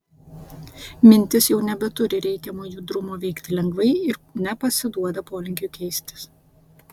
mintis jau nebeturi reikiamo judrumo veikti lengvai ir nepasiduoda polinkiui keistis